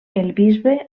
bisbe